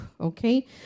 okay